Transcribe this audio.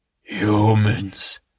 Humans